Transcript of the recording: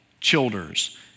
Childers